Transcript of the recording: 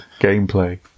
gameplay